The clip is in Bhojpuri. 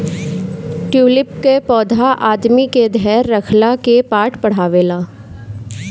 ट्यूलिप के पौधा आदमी के धैर्य रखला के पाठ पढ़ावेला